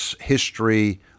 history